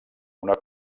una